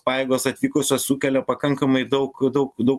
pajėgos atvykusios sukelia pakankamai daug daug daug